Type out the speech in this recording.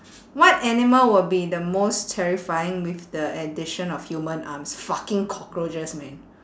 what animal would be the most terrifying with the addition of human arms fucking cockroaches man